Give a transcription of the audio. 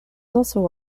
also